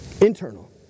Internal